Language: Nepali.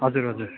हजुर हजुर